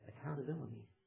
accountability